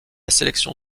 sélection